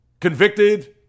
convicted